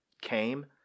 came